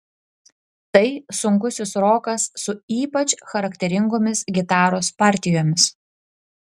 tai sunkusis rokas su ypač charakteringomis gitaros partijomis